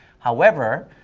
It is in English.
however,